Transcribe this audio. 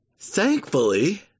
Thankfully